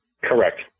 Correct